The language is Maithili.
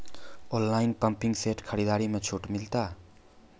ऑनलाइन पंपिंग सेट खरीदारी मे छूट मिलता?